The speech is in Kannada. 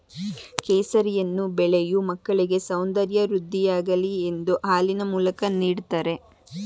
ಕೇಸರಿಯನ್ನು ಬೆಳೆಯೂ ಮಕ್ಕಳಿಗೆ ಸೌಂದರ್ಯ ವೃದ್ಧಿಯಾಗಲಿ ಎಂದು ಹಾಲಿನ ಮೂಲಕ ನೀಡ್ದತರೆ